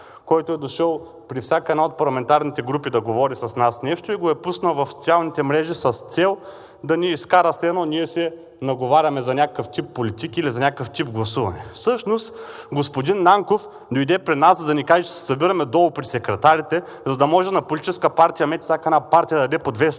който е дошъл при всяка една от парламентарните групи да говори с нас нещо, и го е пуснал в социалните мрежи с цел да ни изкара, че все ние се наговаряме за някакъв тип политики или за някакъв тип гласуване. Всъщност господин Нанков дойде при нас, за да ни каже, че се събираме долу при секретарите, за да може на Политическа партия МЕЧ всяка една партия да даде по две